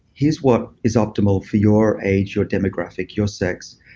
here's what is optimal for your age or demographic your sex.